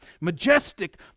majestic